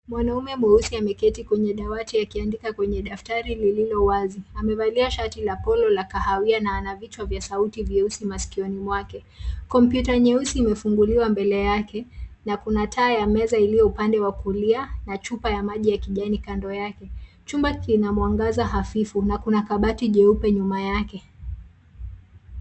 Mwanaume mweusi ameketi kwenye dawati akiandika kwenye daftari lililo wazi. Amevalia shati la polo la kahawia na ana picha ya vichwa vya sauti vyeusi masikioni mwake. Kompyuta nyeusi imefunguliwa mbele yake, na kuna taa ya meza iliyo upande wa kulia, na chupa ya maji ya kijani kando yake. Chumba kina mwangaza hafifu, na kuna kabati jeupe nyuma yake.